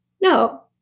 no